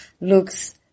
looks